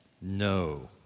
No